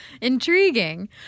Intriguing